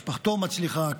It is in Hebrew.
משפחתו מצליחה,